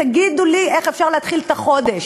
תגידו לי, איך אפשר להתחיל את החודש?